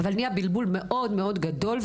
אבל נהיה בלבול מאוד גדול,